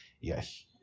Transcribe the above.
Yes